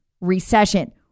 Recession